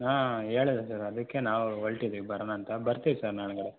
ಹಾಂ ಹೇಳಿರ್ ಸರ್ ಅದಕ್ಕೆ ನಾವು ಹೊಲ್ಟಿದಿವಿ ಬರೋಣ ಅಂತ ಬರ್ತಿವಿ ಸರ್ ನಾಳೆ